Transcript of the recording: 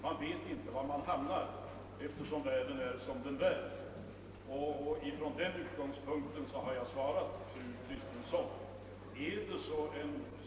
Man vet inte var man hamnar, eftersom världen är som den är. Från den utgångspunkten har jag svarat fru Kristensson.